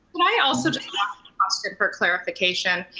i also yeah ah sort of for clarification,